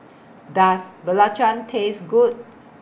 Does Belacan Taste Good